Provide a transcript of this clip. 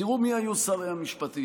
תראו מי היו שרי המשפטים: